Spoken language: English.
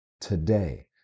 today